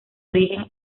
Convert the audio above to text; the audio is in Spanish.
origen